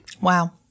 Wow